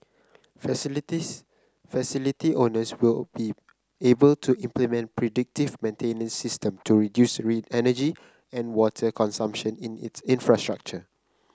facilities facility owners will be able to implement predictive maintenance system to reduce energy and water consumption in its infrastructure